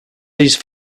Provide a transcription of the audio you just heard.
these